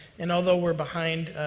and although we're behind,